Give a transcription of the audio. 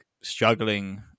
struggling